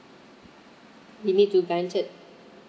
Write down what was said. he need to vent it